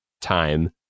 time